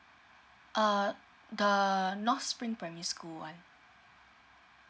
uh the north spring primary school one